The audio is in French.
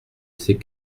sais